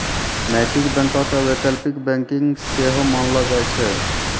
नैतिक बैंको के वैकल्पिक बैंकिंग सेहो मानलो जाय छै